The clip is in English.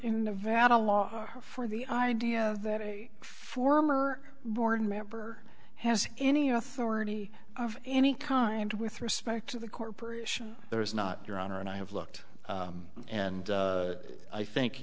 in nevada law for the idea that a former board member has any authority of any kind with respect to the corporation there is not your honor and i have looked and i think